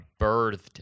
birthed